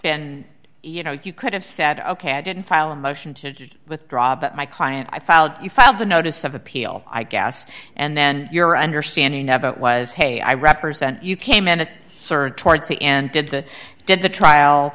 been you know you could have said ok i didn't file a motion to withdraw but my client i filed you filed the notice of appeal i guess and then your understanding of it was hey i represent you came in it sir towards the end did the did the trial